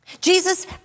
Jesus